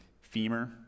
femur